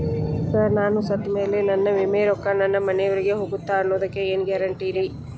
Sir ನಾನು ಸತ್ತಮೇಲೆ ನನ್ನ ವಿಮೆ ರೊಕ್ಕಾ ನನ್ನ ಮನೆಯವರಿಗಿ ಹೋಗುತ್ತಾ ಅನ್ನೊದಕ್ಕೆ ಏನ್ ಗ್ಯಾರಂಟಿ ರೇ?